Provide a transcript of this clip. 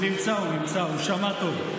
הוא נמצא, הוא נמצא, הוא שמע טוב.